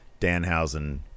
Danhausen